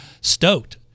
stoked